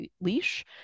leash